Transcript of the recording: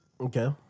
okay